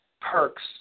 perks